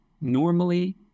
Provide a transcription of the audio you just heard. normally